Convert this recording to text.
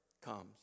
comes